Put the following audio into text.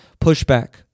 pushback